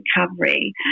recovery